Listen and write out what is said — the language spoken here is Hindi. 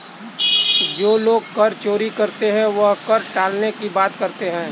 जो लोग कर चोरी करते हैं वही कर टालने की बात करते हैं